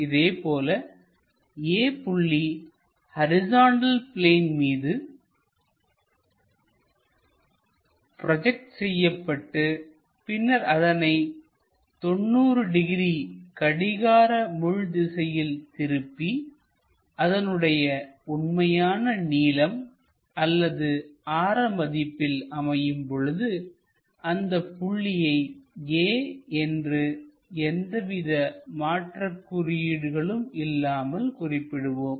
இதேபோல A புள்ளி horizontal plane மீது ப்ரோஜெக்ட் செய்யப்பட்டு பின்னர் அதனை 90 டிகிரி கடிகார முள் திசையில் திருப்பி அதனுடைய உண்மையான நீளம் அல்லது ஆர மதிப்பில் அமையும் பொழுது அந்த புள்ளியை a என்று எந்தவித மற்ற குறியீடுகளும் இல்லாமல் குறிப்பிடுவோம்